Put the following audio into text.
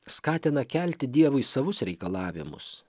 skatina kelti dievui savus reikalavimus